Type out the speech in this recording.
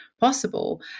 possible